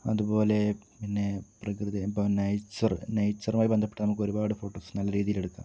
അതുപോലെ പിന്നെ പ്രകൃതി ഇപ്പം ന്യേച്ചറ് ന്യേച്ചറുമായി ബന്ധപ്പെട്ട് നമുക്ക് ഒരുപാട് ഫോട്ടോസ് നല്ല രീതീയിൽ എടുക്കാം